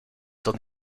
upon